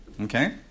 Okay